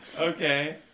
Okay